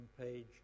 page